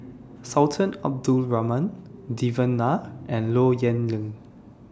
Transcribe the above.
Sultan Abdul Rahman Devan Nair and Low Yen Ling